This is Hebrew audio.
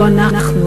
לא-אנחנו,